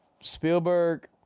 Spielberg